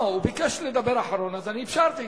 הוא ביקש לדבר אחרון, אז אני אפשרתי.